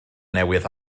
newydd